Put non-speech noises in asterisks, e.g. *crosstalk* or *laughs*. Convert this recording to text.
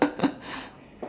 *laughs*